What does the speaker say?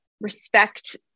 respect